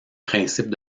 principes